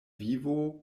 vivo